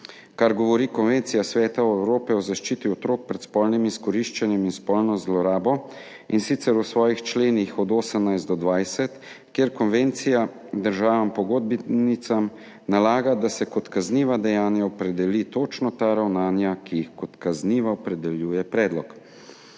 kar govori Konvencija Sveta Evrope o zaščiti otrok pred spolnim izkoriščanjem in spolno zlorabo, in sicer v svojih členih od 18. do 20., kjer konvencija državam pogodbenicam nalaga, da se kot kazniva dejanja opredeli točno ta ravnanja, ki jih kot kazniva opredeljuje predlog.